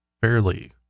fairly